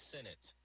Senate